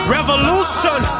Revolution